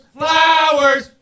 flowers